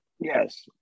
Yes